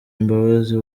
imbabazi